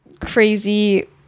crazy